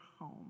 home